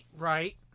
Right